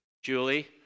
Julie